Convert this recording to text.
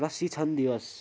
प्रशिक्षण दिवस